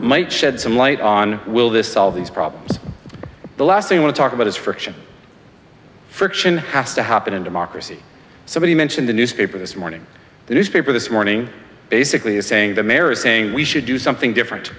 might shed some light on will this solve these problems the last thing i want to talk about is for kitchen friction has to happen in democracy somebody mentioned the newspaper this morning the newspaper this morning basically is saying the mare is saying we should do something different